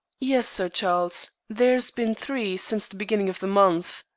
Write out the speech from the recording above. yes, sir charles. there's bin three since the beginning of the month.